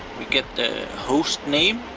we get the host name.